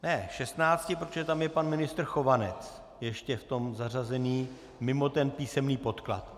Ne, šestnácti, protože tam je pan ministr Chovanec ještě v zařazení mimo písemný podklad.